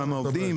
כמה עובדים,